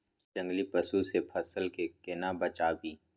जंगली पसु से फसल के केना बचावी?